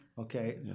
Okay